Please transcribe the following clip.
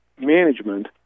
management